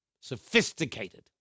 sophisticated